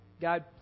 God